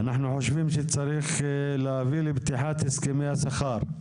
אנחנו חושבים שצריך להביא לפתיחת הסכמי השכר,